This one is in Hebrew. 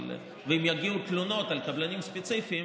ואם יגיעו תלונות על קבלנים ספציפיים,